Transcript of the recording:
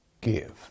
give